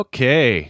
Okay